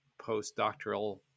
postdoctoral